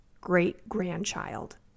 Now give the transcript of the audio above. great-grandchild